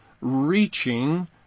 reaching